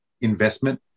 investment